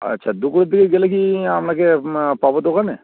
আচ্ছা দুপুর দিকে গেলে কি আপনাকে পাবো দোকানে